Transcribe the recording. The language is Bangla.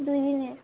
দুই দিনের